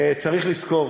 צריך לזכור,